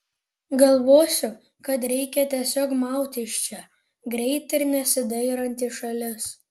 galvosiu kad reikia tiesiog maut iš čia greit ir nesidairant į šalis